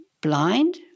blind